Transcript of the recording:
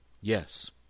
Yes